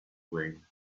rain